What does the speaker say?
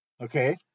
Okay